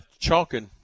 Chalkin